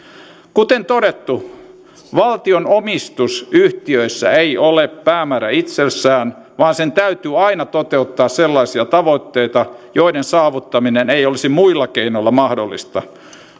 kuten todettu valtion omistus yhtiöissä ei ole päämäärä itsessään vaan sen täytyy aina toteuttaa sellaisia tavoitteita joiden saavuttaminen ei olisi muilla keinoilla mahdollista